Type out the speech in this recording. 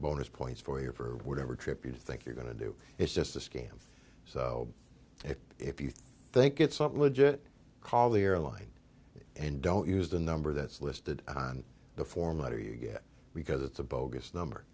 bonus points for you for whatever trip you think you're going to do it's just a scam so if you think it's not legit call the airline and don't use the number that's listed on the form letter you get because it's a bogus number